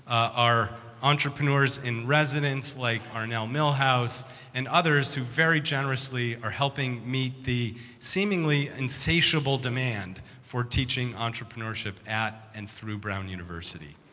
are entrepreneurs in residence, like arnell milhouse and others who very generously are helping meet the seemingly insatiable demand for teaching entrepreneurship at and through brown university.